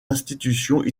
institutions